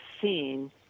seen